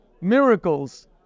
miracles